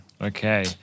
Okay